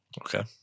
Okay